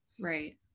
Right